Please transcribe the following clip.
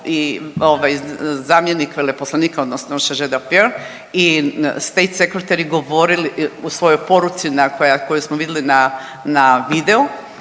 zamjenik veleposlanika odnosno …/Govornica se ne razumije./… i state secretary govorili u svojoj poruci na, koju smo vidjeli na video,